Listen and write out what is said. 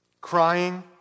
crying